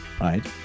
right